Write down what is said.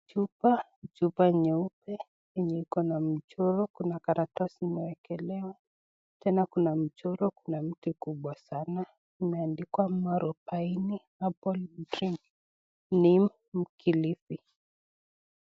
Chupa chupa nyeupe yenye iko na mchoro, kuna karatasi imewkelewa tena kuna mchoro kuna mti kubwa sana imeadikwa mwaurubaini mwaurubaini herbal drink neem Kilifi .